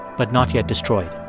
but not yet destroyed